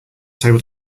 table